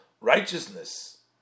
righteousness